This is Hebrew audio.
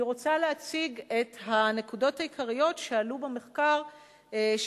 אני רוצה להציג את הנקודות העיקריות שעלו במחקר שעשתה